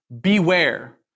beware